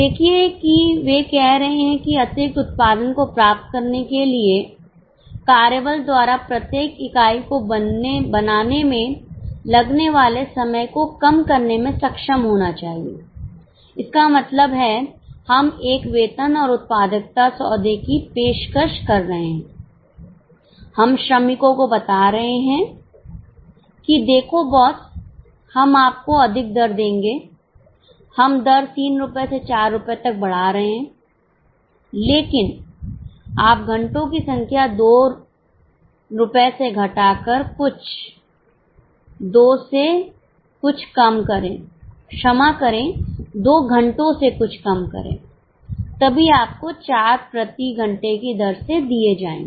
देखिए कि वे कह रहे हैं कि अतिरिक्त उत्पादन को प्राप्त करने के लिए कार्यबल द्वारा प्रत्येक इकाई को बनाने में लगने वाले समय को कम करने में सक्षम होना चाहिए इसका मतलब है हम एक वेतन और उत्पादकता सौदे की पेशकश कर रहे हैं हम श्रमिकों को बता रहे हैं कि देखो बॉस हम आपको अधिक दर देंगे हम दर 3 रुपये से 4 रुपये तक बढ़ा रहे हैं लेकिन आप घंटों की संख्या 2 रुपये से घटाकर कुछ 2 से कुछ कम करे क्षमा करें 2 घंटो से कुछ कम करें तभी आपको 4 प्रति घंटे की दर से दिए जाएंगे